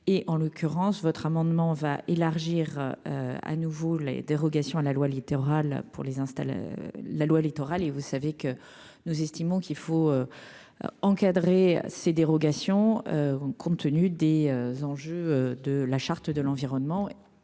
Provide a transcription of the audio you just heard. et en l'occurrence, votre amendement va élargir à nouveau les dérogations à la loi littoral pour les installe la loi littoral, et vous savez que nous estimons qu'il faut encadrer ces dérogations, compte tenu des enjeux de la charte de l'environnement